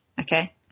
Okay